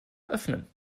öffnen